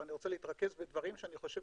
ואני רוצה להתרכז בדברים כי אני חושב